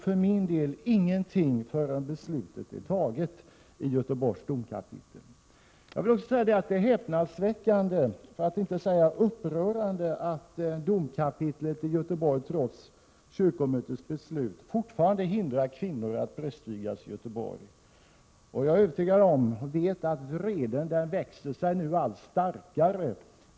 För min del tror jag ingenting förrän beslutet är fattat i Göteborgs domkapitel. Det är häpnadsväckande, för att inte säga upprörande, att domkapitlet i Göteborg trots kyrkomötets beslut fortfarande hindrar kvinnor att prästvigas i Göteborg. Jag vet att vreden över denna diskriminering nu växer sig allt starkare.